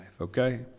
okay